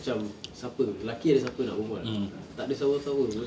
macam siapa lelaki ada siapa nak berbual takde siapa-siapa [pe]